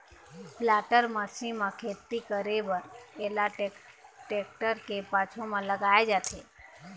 planter machine म खेती करे बर एला टेक्टर के पाछू म लगाए जाथे